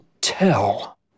tell